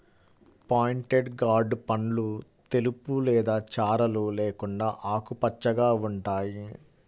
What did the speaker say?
pointed guard పండ్లు తెలుపు లేదా చారలు లేకుండా ఆకుపచ్చగా ఉంటాయి